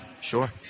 Sure